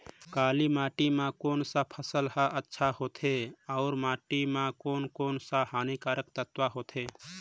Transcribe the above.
काली माटी मां कोन सा फसल ह अच्छा होथे अउर माटी म कोन कोन स हानिकारक तत्व होथे?